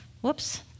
Whoops